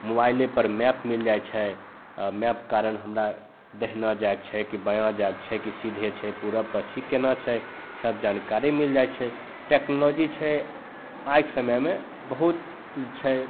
मोबाइलेपर मैप मिलि जाइ छै आओर मैप कारण हमरा दहिना जाइके छै कि बायाँ जाइके छै कि सीधे छै पूरब पच्छिम कोना छै सब जानकारी मिलि जाइ छै टेक्नोलॉजी छै आइके समयमे बहुत छै